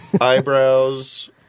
Eyebrows